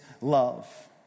love